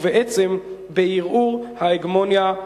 ובעצם בערעור ההגמוניה,